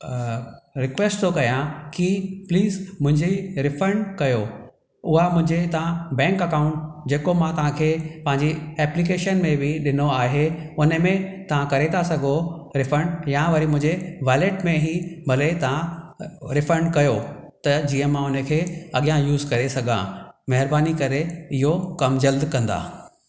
request थो कयां कि प्लीज़ मुंहिंजे रिफंड कयो उहा मुंहिंजे तव्हां बैंक अकाउंट जेको मां तव्हां खे पंहिंजी एप्लीकेशन में बि ॾिनो आहे उन में तव्हां करे था सघो रिफंड या वरी मुंहिंजे वालेट में ही भले तव्हां रिफंड कयो त जीअं मां उन खे अॻियां यूज़ करे सघां महिरबानी करे इहो कमु जल्द कंदा